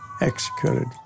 executed